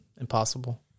impossible